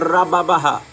Rababaha